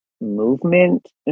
movement